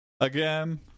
Again